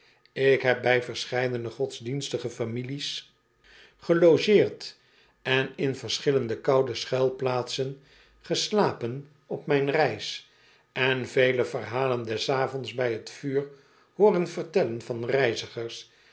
ik heb bij verscheidene godsdienstige families gelogeerd en in verschillende koude schuilplaatsen geslapen op mijn reis en vele verhalen des avonds bij t vuur hooren vertellen van reizigers